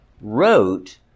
wrote